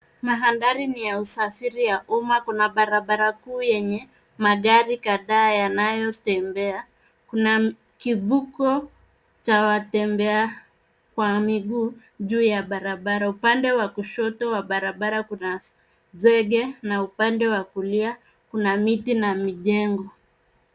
Mandhari ni ya usafiri ya umma. Kuna barabara kuu yenye magari kadhaa yanayotembea. Kuna kivuko cha watembea kwa miguu juu ya barabara. Upande wa kushoto wa barabara kuna zege na upande wa kulia kuna miti na mijengo.